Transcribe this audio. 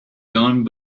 gone